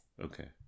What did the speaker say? Okay